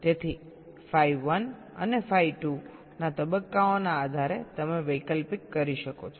તેથી phi 1 અને phi 2 ના તબક્કાઓના આધારે તમે વૈકલ્પિક કરી શકો છો